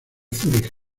zúrich